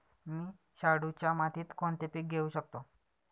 मी शाडूच्या मातीत कोणते पीक घेवू शकतो?